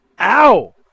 Ow